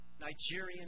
Nigerian